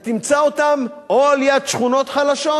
אתה תמצא אותם או על-יד שכונות חלשות